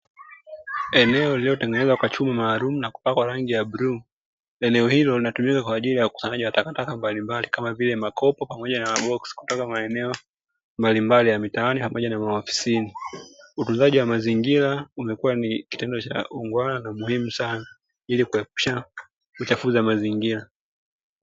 Eneo liliotengenezwa kwa chumba maalumu na kupakwa rangi ya bluu , eneo hilo linatumika kwaajili ya kukusanya takataka mbalimbali kamavile makopo pamoja na maboksi kutoka maeneo mbalimbali ya mitaani pamoja na maofisini, utunzaji wa mazingira umekua ni kitendo cha uungwana na umuhimu sana ili kuepusha uchafuzi wa mazingira.